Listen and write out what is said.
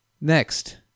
Next